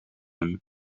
hem